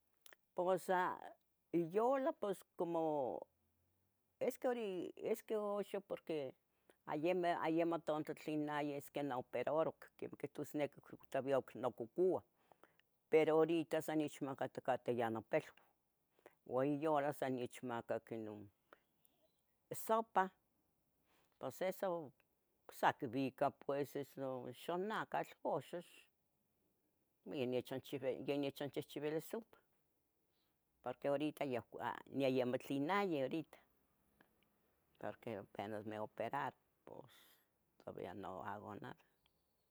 A pues las que se, solamente yaha tlen muleh, pero como ya niconiquimpia nochpochuah masqui amo nicmati neh pero, niquibia nochpoch pos nicnequi itcuasqueh tlen mule, um, pos ixchihciuah, pos quichihchiuah, y ya ya después es un yeh ya conchichiu pues yacah yeh ticuah, aja, masqui amo nicmatih, pero como oconcah nohija, pos quichichiua yaha